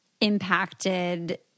impacted